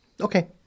Okay